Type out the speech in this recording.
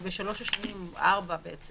בשלוש או ארבע השנים